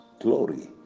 glory